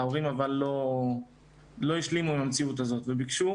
אבל ההורים לא השלימו עם המציאות הזאת וביקשו